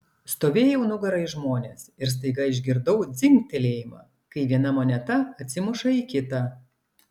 stovėjau nugara į žmones ir staiga išgirdau dzingtelėjimą kai viena moneta atsimuša į kitą